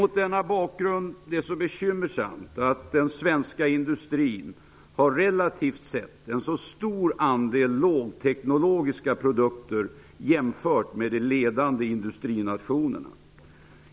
Mot denna bakgrund är det bekymmersamt att den svenska industrin relativt sett har en så stor andel lågteknologiska produkter jämfört med de ledande industrinationerna.